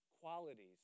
qualities